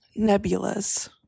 Nebulas